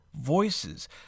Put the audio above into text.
voices